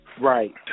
Right